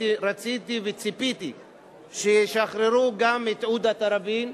רציתי וציפיתי שישחררו את עודה תראבין.